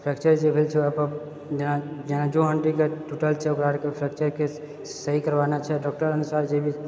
fracture जे भेल छै ओहि पर जॉइन्ट जो हड्डी कऽ टूटल छै ओकरा आरके फ्रेक्चरके सही करवाना छै डॉक्टर अनुसार जे भी